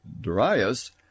Darius